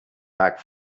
back